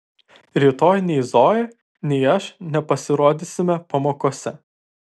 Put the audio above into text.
rytoj nei zoja nei aš nepasirodysime pamokose